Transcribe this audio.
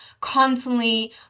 constantly